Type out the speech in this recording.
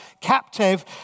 captive